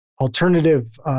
alternative